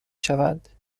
شوند